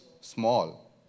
small